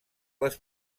les